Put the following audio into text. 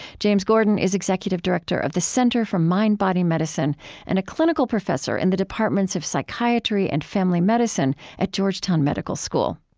james gordon is executive director of the center for mind-body medicine and a clinical professor in the departments of psychiatry and family medicine at georgetown medical school.